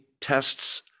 tests